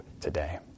today